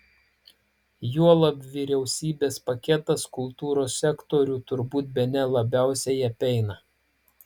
juolab vyriausybės paketas kultūros sektorių turbūt bene labiausiai apeina